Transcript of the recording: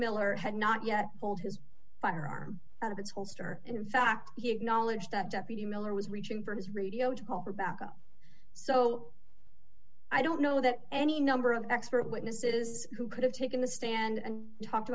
miller had not yet pulled his firearm out of its holster in fact he acknowledged that deputy miller was reaching for his radio to call her back up so i don't know that any number of expert witnesses who could have taken the stand and talked